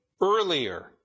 Earlier